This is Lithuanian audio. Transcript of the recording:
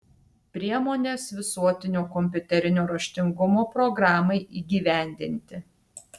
priemonės visuotinio kompiuterinio raštingumo programai įgyvendinti